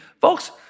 Folks